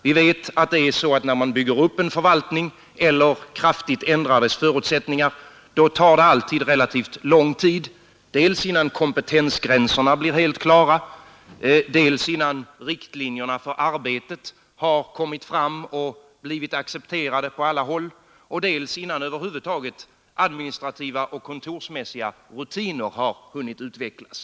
Vi vet att när man bygger upp en förvaltning eller kraftigt ändrar dess förutsättningar, då tar det alltid relativt lång tid dels innan kompetensgränserna blir helt klara, dels innan riktlinjerna för arbetet har kommit fram och blivit accepterade på alla håll och dels innan över huvud taget administrativa och kontorsmässiga rutiner har hunnit utvecklas.